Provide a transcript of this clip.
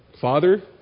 Father